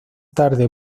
tarde